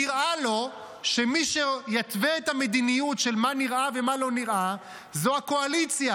נראה לו שמי שיתווה את המדיניות של מה נראה ומה לא נראה זו הקואליציה,